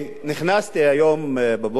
נכנסתי היום בבוקר,